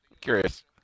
Curious